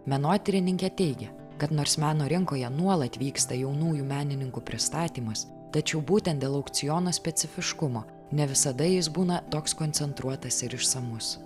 menotyrininkė teigia kad nors meno rinkoje nuolat vyksta jaunųjų menininkų pristatymas tačiau būtent dėl aukciono specifiškumo ne visada jis būna toks koncentruotas ir išsamus